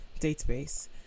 database